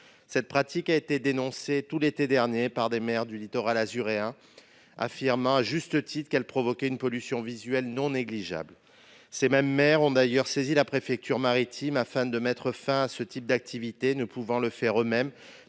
Cette pratique a été dénoncée tout au long de l'été dernier par des maires du littoral azuréen, qui affirmaient à juste titre qu'elle provoquait une pollution visuelle non négligeable. Ces mêmes maires ont d'ailleurs saisi la préfecture maritime, afin de mettre fin à ce type d'activité. Ils ne pouvaient le faire eux-mêmes,